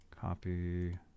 copy